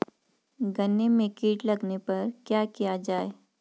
गन्ने में कीट लगने पर क्या किया जाये?